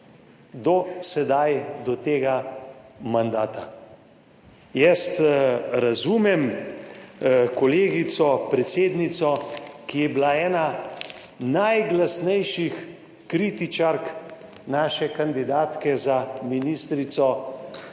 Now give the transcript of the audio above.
do sedaj, do tega mandata. Jaz razumem kolegico predsednico, ki je bila ena najglasnejših kritičark naše kandidatke za ministrico